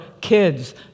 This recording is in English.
kids